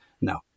no